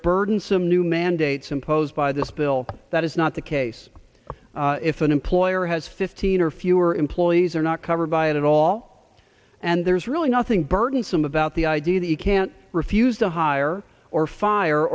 burdensome new mandates imposed by this bill that is not the case if an employer has fifteen or fewer employees are not covered by it at all and there's really nothing burdensome about the idea that you can't refuse to hire or fire